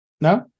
No